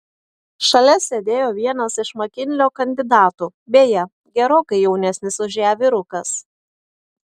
šalia sėdėjo vienas iš makinlio kandidatų beje gerokai jaunesnis už ją vyrukas